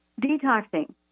Detoxing